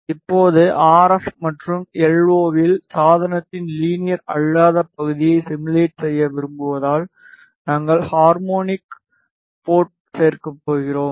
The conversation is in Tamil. இப்போது ஆர் எப் RF மற்றும் எல் ஓ இல் சாதனத்தின் லீனியர் அல்லாத பகுதியை சிமுலேட் செய்ய விரும்புவதால் நாங்கள் ஹார்மோனிக் போர்ட்களைச் சேர்க்கப் போகிறோம்